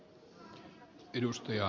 herra puhemies